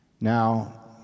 Now